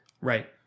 Right